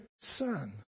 Son